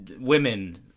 women